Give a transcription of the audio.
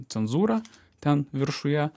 cenzūrą ten viršuje